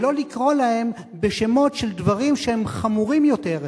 ולא לקרוא להן בשמות של דברים שהם חמורים יותר,